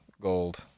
gold